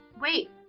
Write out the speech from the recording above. Wait